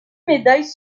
médailles